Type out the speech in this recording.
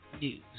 news